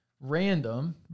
random